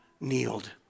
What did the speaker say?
kneeled